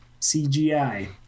CGI